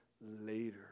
later